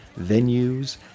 venues